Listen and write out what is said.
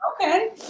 Okay